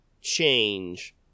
change